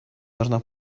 должна